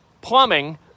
plumbing